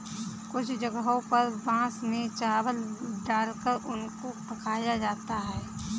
कुछ जगहों पर बांस में चावल डालकर उनको पकाया जाता है